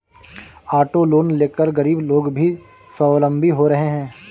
auto loan लेकर गरीब लोग भी स्वावलम्बी हो रहे हैं